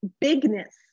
bigness